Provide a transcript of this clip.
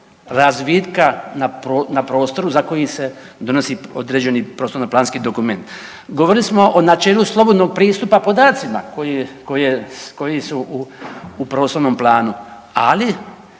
razvitka na prostoru za koji se donosi određeni prostorno-planski dokument. Govorili smo o načelu slobodnog pristupa podacima koji su u prostornom planu, ali